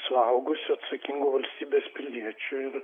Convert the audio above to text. suaugusiu atsakingu valstybės piliečiu ir